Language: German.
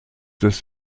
des